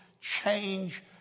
change